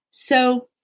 so,